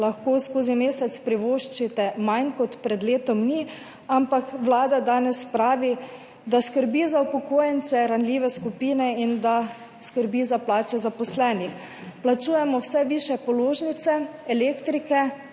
lahko skozi mesec privoščite manj kot pred letom dni, ampak Vlada danes pravi, da skrbi za upokojence, ranljive skupine in da skrbi za plače zaposlenih. Plačujemo vse višje položnice elektrike,